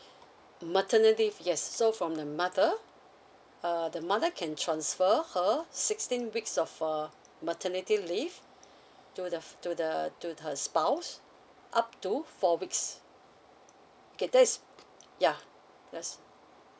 maternity yes so from the mother err the mother can transfer her sixteen weeks of uh maternity leave to the to the to the spouse up to four weeks okay that's yeuh yes